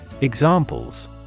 Examples